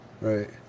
Right